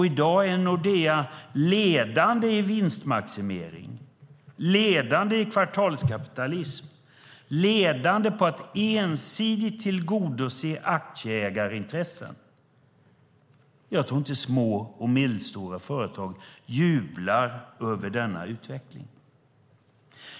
I dag är Nordea ledande i vinstmaximering, ledande i kvartalskapitalism, ledande i att ensidigt tillgodose aktieägarintressen. Jag tror inte att små och medelstora företag jublar över denna utveckling.